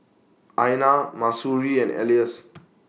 Aina Mahsuri and Elyas